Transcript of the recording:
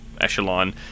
echelon